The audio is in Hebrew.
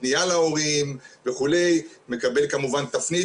הפנייה להורים וכו' שמקבל כמובן תפנית